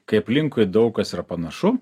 kai aplinkui daug kas yra panašu